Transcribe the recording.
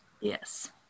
yes